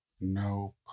Nope